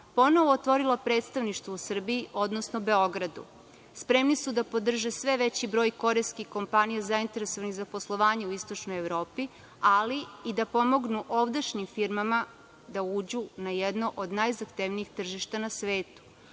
ponovo otvorila predstavništvo u Srbiji, odnosno u Beogradu. Spremni su da podrže sve veći broj korejskih kompanija zainteresovanih za poslovanje u istočnoj Evropi, ali i da pomognu ovdašnjim firmama da uđu na jedno od najzahtevnijih tržišta na svetu.